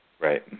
Right